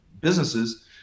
businesses